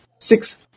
six